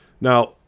Now